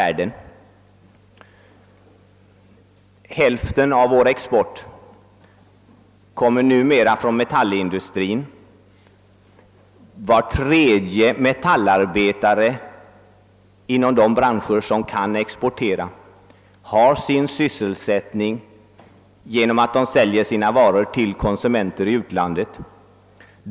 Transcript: Hälften av vår export kommer numera från metallindustrin. Var tredje metallarbetare inom de branscher som kan exportera har sin sysselsättning genom att varorna säljs till konsumenter i utlandet.